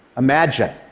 imagine,